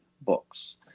books